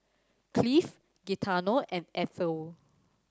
Cleve Gaetano and Ethyl